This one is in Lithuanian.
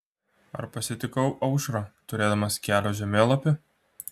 ar pasitikau aušrą turėdamas kelio žemėlapį